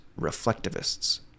reflectivists